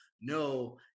no